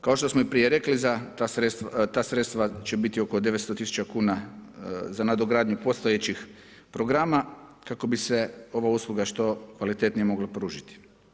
Kao što smo i prije rekli ta sredstva će biti oko 900 tisuća kuna za nadogradnju postojećih programa kako bi se ova usluga što kvalitetnije mogla pružiti.